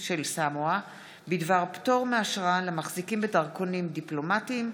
של סמואה בדבר פטור מאשרה למחזיקים בדרכונים דיפלומטיים,